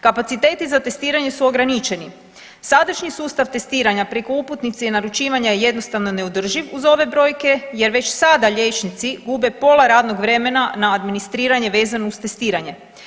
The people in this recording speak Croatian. Kapaciteti za testiranje su ograničeni, sadašnji sustav testiranja preko uputnice i naručivanja jednostavno je neodrživ uz ove brojke jer već sada liječnici gube pola radnog vremena na administriranje vezano uz testiranje.